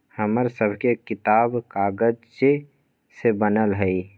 हमर सभके किताब कागजे से बनल हइ